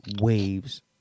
waves